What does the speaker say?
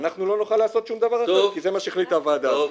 ואנחנו לא נוכל לעשות שום דבר אחר כי זה מה שהחליטה הוועדה הזו.